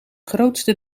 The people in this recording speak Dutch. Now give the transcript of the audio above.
grootste